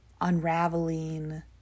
unraveling